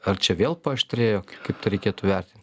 ar čia vėl paaštrėjo kaip tai reikėtų vertint